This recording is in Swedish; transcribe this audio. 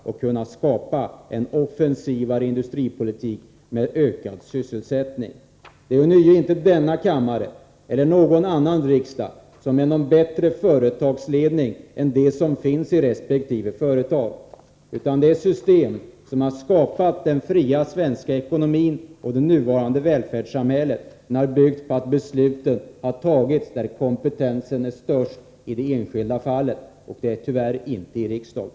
Det krävs en offensivare industripolitik som ger ökad sysselsättning. Denna kammare, eller någon annan riksdag, är inte en bättre företagsledning än den som finns i resp. företag. Det system som har skapat den fria svenska ekonomin och det nuvarande välfärdssamhället har byggt på att besluten har tagits där kompetensen varit störst i det enskilda fallet. Det är tyvärr inte i riksdagen.